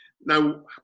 Now